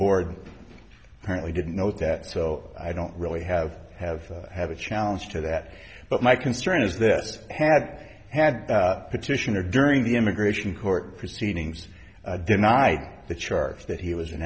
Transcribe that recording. board currently didn't know that so i don't really have have have a challenge to that but my concern is that this had had a petition or during the immigration court proceedings deny the charge that he was an